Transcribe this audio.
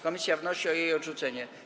Komisja wnosi o jej odrzucenie.